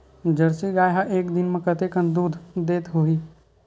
Jersey गाय ह एक दिन म कतेकन दूध देत होही?